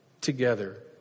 together